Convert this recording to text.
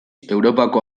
europako